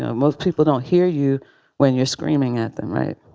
ah most people don't hear you when you're screaming at them. right.